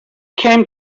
came